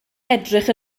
edrych